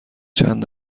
چند